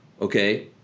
okay